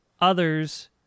Others